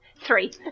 Three